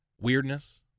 weirdness